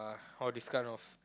all this kind of